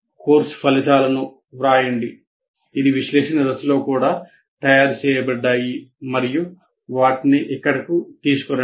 course ఫలితాలను వ్రాయండి ఇవి విశ్లేషణ దశలో కూడా తయారు చేయబడ్డాయి మరియు వాటిని ఇక్కడకు తీసుకురండి